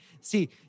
See